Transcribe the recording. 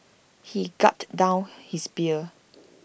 he gulped down his beer